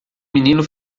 menino